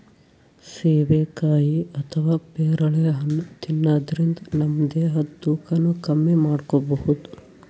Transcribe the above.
ಸೀಬೆಕಾಯಿ ಅಥವಾ ಪೇರಳೆ ಹಣ್ಣ್ ತಿನ್ನದ್ರಿನ್ದ ನಮ್ ದೇಹದ್ದ್ ತೂಕಾನು ಕಮ್ಮಿ ಮಾಡ್ಕೊಬಹುದ್